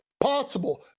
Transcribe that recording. Possible